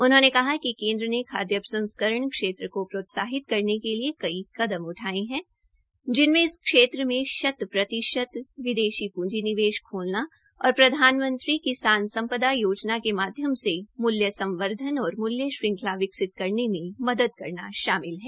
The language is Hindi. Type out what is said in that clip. उन्होंने कहा कि केन्द्र ने खाद्य प्रसंस्करण क्षेत्र को प्रोत्साहित करने के लिए कई कदम उठाये है जिनमें इस क्षेत्र में शत प्रतिशत विदेशी पूंजी निवेश खोलना और प्रधानमंत्री किसान सम्पदा योजना के माध्यम मूल्य संवर्धन और मूल्य श्रंखला विकसित करने में मदद करना शामिल है